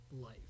life